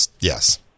yes